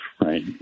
right